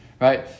right